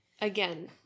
again